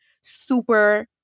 super